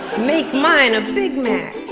make mine a big mac.